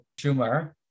Schumer